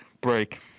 break